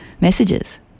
messages